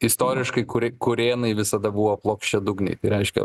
istoriškai kuri kurėnai visada buvo plokščiadugniai reiškia